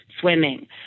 swimming